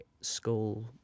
school